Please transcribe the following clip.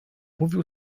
mówił